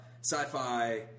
sci-fi